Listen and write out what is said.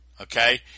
okay